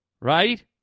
Right